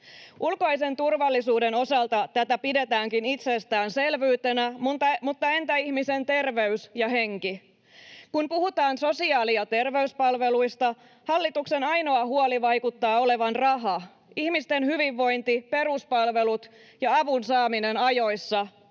Ulkoisen turvallisuuden osalta tätä pidetäänkin itsestäänselvyytenä, mutta entä ihmisen terveys ja henki? Kun puhutaan sosiaali- ja terveyspalveluista, hallituksen ainoa huoli vaikuttaa olevan raha. Ihmisten hyvinvointi, peruspalvelut ja avun saaminen ajoissa